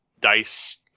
dice